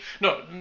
no